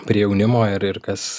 prie jaunimo ir ir kas